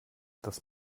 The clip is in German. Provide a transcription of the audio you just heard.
dass